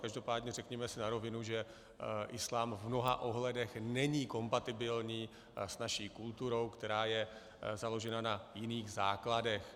Každopádně si řekněme na rovinu, že islám v mnoha ohledech není kompatibilní s naší kulturou, která je založena na jiných základech.